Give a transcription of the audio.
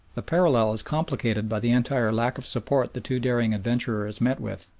the parallel is completed by the entire lack of support the two daring adventurers met with,